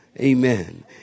amen